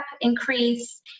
increase